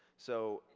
so,